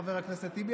חבר הכנסת טיבי,